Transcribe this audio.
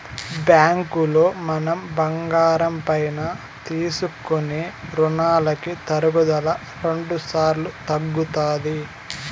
బ్యాంకులో మనం బంగారం పైన తీసుకునే రునాలకి తరుగుదల రెండుసార్లు తగ్గుతాది